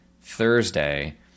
Thursday